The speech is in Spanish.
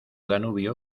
danubio